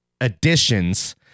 additions